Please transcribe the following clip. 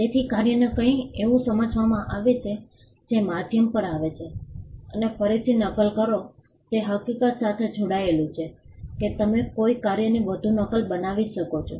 તેથી કાર્યને કંઈક એવું સમજવામાં આવે છે જે માધ્યમ પર આવે છે અને ફરીથી નકલ કરો તે હકીકત સાથે જોડાયેલું છે કે તમે કોઈ કાર્યની વધુ નકલ બનાવી શકો છો